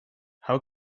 how